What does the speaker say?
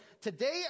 today